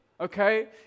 okay